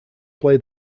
play